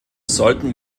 sollten